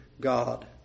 God